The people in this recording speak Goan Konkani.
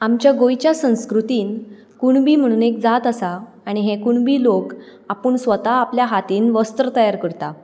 आमच्या गोंयच्या संस्कृतींत कुणबी म्हणून एक जात आसा आनी हे कुणबी लोक आपूण स्वता आपल्या हातीन वस्त्र तयार करता